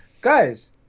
guys